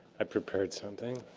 i prepared something.